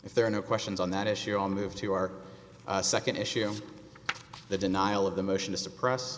if there are no questions on that issue i'll move to our nd issue the denial of the motion to suppress